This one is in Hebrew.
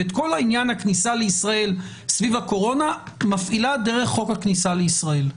ואת כל עניין הכניסה לישראל סביב הקורונה מפעילה דרך חוק הכניסה לישראל.